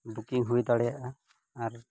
ᱵᱩᱞᱤᱝ ᱦᱩᱭ ᱫᱟᱲᱮᱭᱟᱜᱼᱟ ᱟᱨ